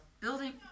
building